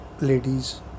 ladies